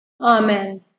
Amen